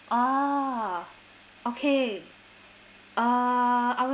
a'ah okay uh I would